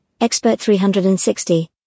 Expert360